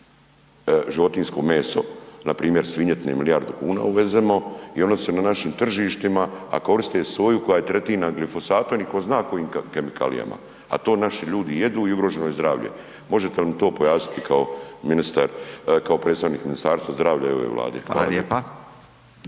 životinjsko meso, na primjer svinjetine milijardu kuna uvezemo i ona se na našim tržištima, a koriste svoju koja je tretirana glifosatom i tko zna kojim kemikalijama, a to naši ljudi jedu, i ugroženo je zdravlje. Možete li mi to pojasniti kao ministar, kao predstavnik Ministarstva zdravlja i ove Vlade? Hvala lijepo.